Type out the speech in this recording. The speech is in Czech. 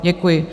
Děkuji.